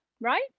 Right